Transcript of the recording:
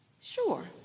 Sure